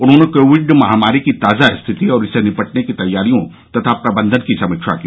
उन्होंने कोविड महामारी की ताजा रिथति और इससे निपटने की तैयारियों तथा प्रबंधन की समीक्षा की